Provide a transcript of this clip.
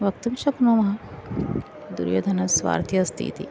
वक्तुं शक्नुमः दुर्योधनस्वार्थि अस्ति इति